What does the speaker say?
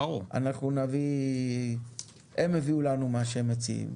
הם הביאו לנו מה שהם מציעים,